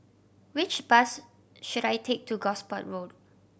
which bus should I take to Gosport Road